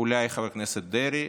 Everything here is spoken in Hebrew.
למעט חבר הכנסת דרעי